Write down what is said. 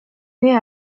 naît